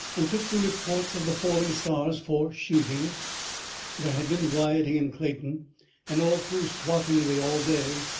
and took the reports of the falling stars for shooting there had been rioting in clayton and all through swathinglea all day,